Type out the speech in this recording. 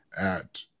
at-